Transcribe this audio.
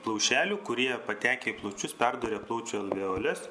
plaušelių kurie patekę į plaučius perduria plaučių alveoles